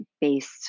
based